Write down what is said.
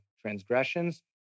transgressions